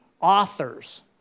authors